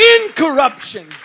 incorruption